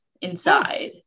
inside